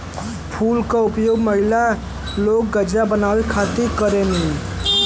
फूल के उपयोग महिला लोग गजरा बनावे खातिर करलीन